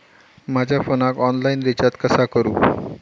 माझ्या फोनाक online recharge कसा करू?